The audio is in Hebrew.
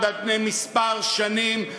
דיברתם על תוכנית של 18 מיליארד על פני כמה שנים,